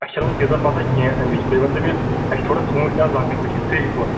اَسہِ چھَنہٕ وُنہِ تیٖژاہ پتاہ کیٚنٛہہ امِچ تہٕ تُہۍ ؤنۍتَو مےٚ اَسہِ چھ تھوڑا ژوٗنٛٹھۍ تہِ حظ لۄکٔٹۍ بیٚیہِ چھِ سیٚے تھوڑا